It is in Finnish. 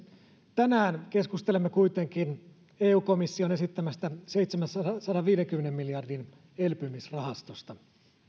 tänään keskustelemme kuitenkin eu komission esittämästä seitsemänsadanviidenkymmenen miljardin elpymisrahastosta